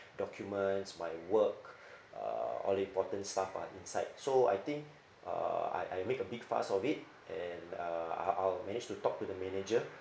documents my work uh all the important stuff are inside so I think uh I I make a big fuss of it and uh I'll I'll manage to talk to the manager